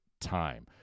time